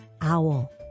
owl